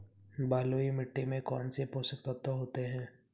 बलुई मिट्टी में कौनसे पोषक तत्व होते हैं?